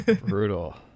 brutal